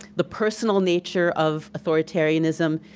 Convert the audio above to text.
the personal nature of authoritarianism